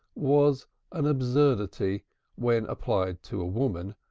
was an absurdity when applied to a woman,